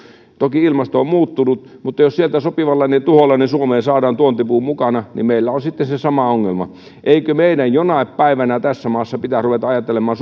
toki ilmasto on muuttunut mutta jos sieltä sopivanlainen tuholainen suomeen saadaan tuontipuun mukana niin meillä on sitten se sama ongelma eikö meidän jonain päivänä tässä maassa pitäisi ruveta ajattelemaan